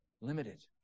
limited